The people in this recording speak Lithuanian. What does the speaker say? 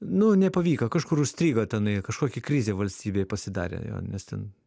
nu nepavyko kažkur užstrigo tenai kažkokia krizė valstybėj pasidarė jo nes ten